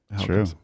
true